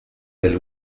del